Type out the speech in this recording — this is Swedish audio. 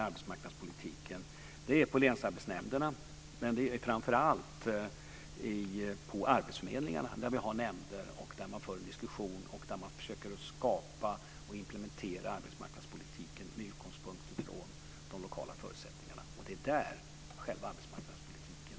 Arbetsmarknadspolitiken verkställs på länsarbetsnämnderna men framför allt på arbetsförmedlingarna där vi har nämnder och där man för en diskussion och försöker skapa och implementera arbetsmarknadspolitiken med utgångspunkt i de lokala förutsättningarna. Det är där själva arbetsmarknadspolitiken får sin verklighet.